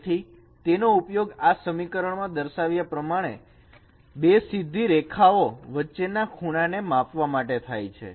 તેથી તેનો ઉપયોગ આ સમીકરણ દર્શાવ્યા પ્રમાણે બે સીધી રેખાઓ વચ્ચે ના ખૂણા ને માપવા માટે થાય છે